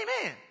Amen